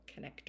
connector